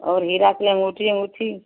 और हीरा के लिए अँगूठी उँगूठी